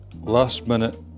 last-minute